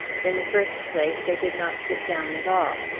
in the first place, they did not sit down at all.